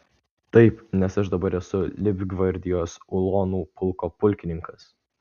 taip nes aš dabar esu leibgvardijos ulonų pulko pulkininkas